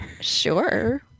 Sure